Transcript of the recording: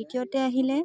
দ্বিতীয়তে আহিলে